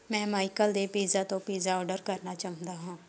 ਮੈਂ ਮਾਈਕਲ ਦੇ ਪੀਜ਼ਾ ਤੋਂ ਪੀਜ਼ਾ ਔਡਰ ਕਰਨਾ ਚਾਹੁੰਦਾ ਹਾਂ